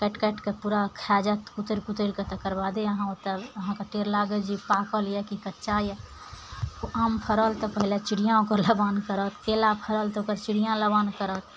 काटि काटिके पूरा खा जाइत कुतरि कुतरिके तकरबादे अहाँके ओतहु अहाँके पता लागत जे पाकल यऽ कि कच्चा यऽ आम फड़ल तऽ पहिले चिड़ियाँ ओकर लबान करत केला फड़ल तऽ पहले चिड़ियाँ ओकर लबान करत